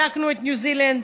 בדקנו את ניו זילנד,